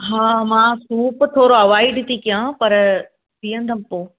हा मां सूप थोड़ो अवॉयड ती कयां पर पीअंदमि पो